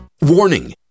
Warning